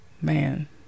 man